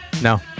No